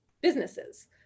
businesses